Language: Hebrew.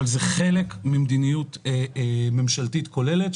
אבל זה חלק ממדיניות ממשלתית כוללת,